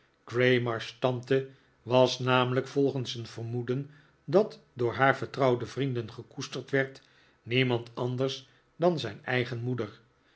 tante was namelijk volgens een vermoeden dat door haar vertrouwde vrienden gekoesterd werd niemand anders dan zijn eigen moeder